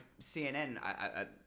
CNN